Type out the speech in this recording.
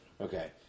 Okay